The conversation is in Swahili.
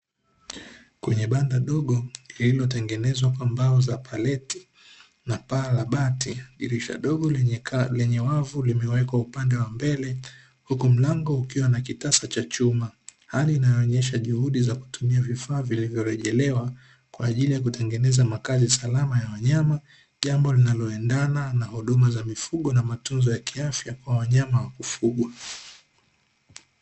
Kwenye banda dogo lililotengenezwa kwa mbao za paleti na paa la bati, dirisha dogo lenye wavu limewekwa upande wa mbele huku mlango ukiwa na kitasa cha chuma. Hali inayoonyesha juhudi za kutumia vifaa vilivyorejelewa kwa ajili ya kutengeneza makazi salama ya wanyama, jambo linaloendana na huduma za mifugo na matunzo ya kiafya kwa wanyama wakufugwa.